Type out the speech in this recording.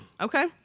Okay